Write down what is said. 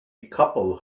couple